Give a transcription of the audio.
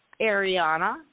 Ariana